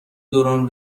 دوران